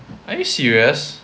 are you serious